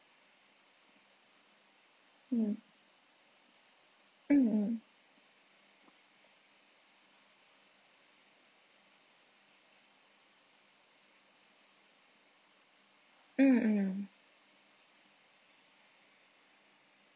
mm mm mm mm mm